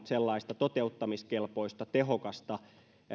sellaista toteuttamiskelpoista tehokasta